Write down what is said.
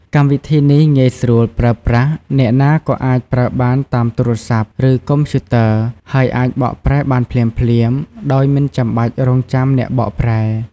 កម្មវិធីនេះងាយស្រួលប្រើប្រាស់ អ្នកណាក៏អាចប្រើបានតាមទូរសព្ទ ឬកុំព្យូទ័រ ហើយអាចបកប្រែបានភ្លាមៗ ដោយមិនចាំបាច់រង់ចាំអ្នកបកប្រែ។